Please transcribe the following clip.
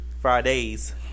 Fridays